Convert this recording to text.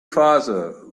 farther